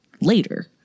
later